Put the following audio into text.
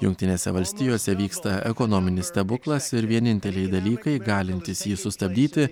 jungtinėse valstijose vyksta ekonominis stebuklas ir vieninteliai dalykai galintys jį sustabdyti